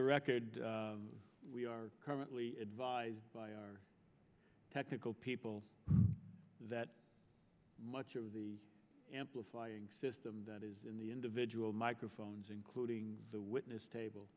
the record we are currently advised by our technical people that much of the amplifying system that is in the individual microphones including the witness table